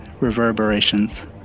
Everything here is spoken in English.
Reverberations